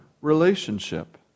relationship